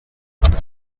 ubuntu